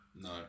No